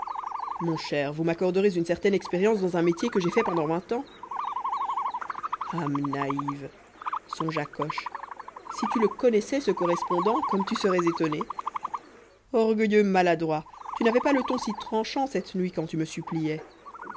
mon cher vous m'accorderez une certaine expérience dans un métier que j'ai fait pendant vingt ans âme naïve songea coche si tu le connaissais ce correspondant comme tu serais étonné orgueilleux maladroit tu n'avais pas le ton si tranchant cette nuit quand tu me suppliais